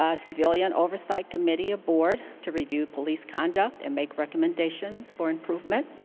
ah civilian oversight committee, a board to review police conduct and make recommendations for improvement.